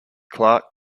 clark